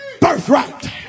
birthright